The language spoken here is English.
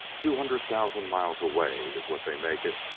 two hundred thousand miles away is what they make it,